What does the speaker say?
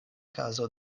kazo